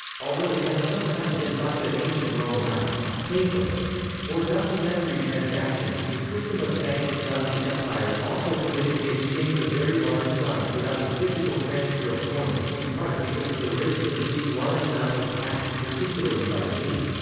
although it has sometimes been thought that ancient rome lacked paper or documentary transactions, the system of banks throughout the empire also permitted the exchange of very large sums without the physical transfer of coins, in part because of the risks of moving large amounts of cash, particularly by sea.